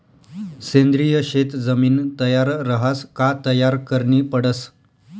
सेंद्रिय शेत जमीन तयार रहास का तयार करनी पडस